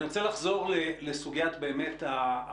אני רוצה לחזור לסוגיית האחריות